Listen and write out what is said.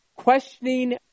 questioning